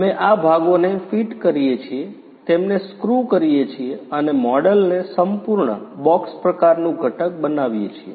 અમે આ ભાગોને ફિટ કરીએ છીએ તેમને સ્ક્રૂ કરીએ છીએ અને મોડેલને સંપૂર્ણ બોક્સ પ્રકારનું ઘટક બનાવીએ છીએ